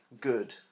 good